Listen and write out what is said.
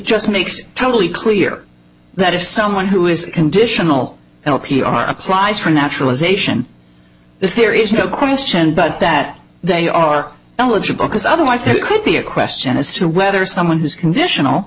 just makes totally clear that if someone who is conditional l p r applies for naturalization there is no question but that they are eligible because otherwise they could be question as to whether someone who's conditional